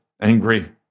angry